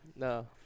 No